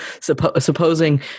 supposing